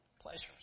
pleasures